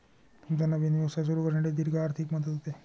तुमचा नवीन व्यवसाय सुरू करण्यासाठी दीर्घ आर्थिक मदत होते